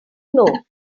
floor